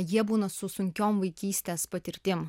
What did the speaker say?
jie būna su sunkiom vaikystės patirtim